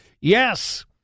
Yes